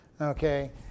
Okay